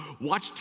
watch